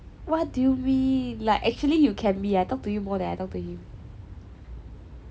what do you mean like actually you can be I talk to you more than I talk to him